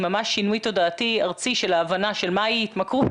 ממש שינוי תודעתי ארצי של ההבנה של מהי התמכרות